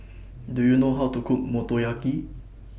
Do YOU know How to Cook Motoyaki